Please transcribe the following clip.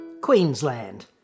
Queensland